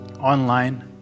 online